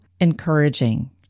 encouraging